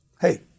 Hey